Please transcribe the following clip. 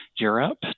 Europe